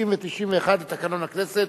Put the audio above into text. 90 ו-91 לתקנון הכנסת.